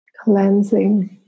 cleansing